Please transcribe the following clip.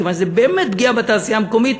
מכיוון שזה באמת פגיעה בתעשייה המקומית,